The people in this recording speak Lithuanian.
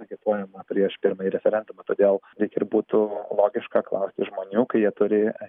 agituojama prieš pirmąjį referendumą todėl lyg ir būtų logiška klausti žmonių kai jie turi